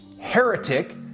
heretic